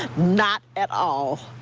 not at all.